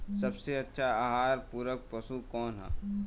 सबसे अच्छा आहार पूरक पशु कौन ह?